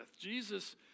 Jesus